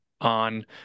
on